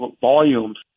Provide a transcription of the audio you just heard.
volumes